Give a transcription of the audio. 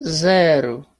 zero